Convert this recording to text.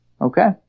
Okay